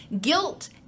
guilt